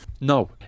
No